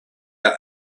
are